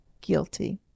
guilty